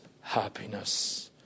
happiness